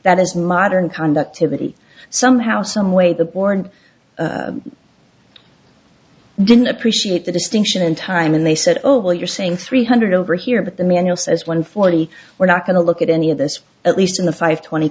is modern conductivity somehow someway the born didn't appreciate the distinction in time and they said oh well you're saying three hundred over here but the manual says one forty we're not going to look at any of this at least in the five twenty